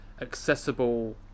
accessible